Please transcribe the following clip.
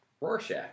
Rorschach